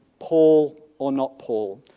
paul or not paul,